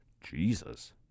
Jesus